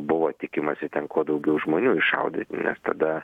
buvo tikimasi ten kuo daugiau žmonių iššaudyt nes tada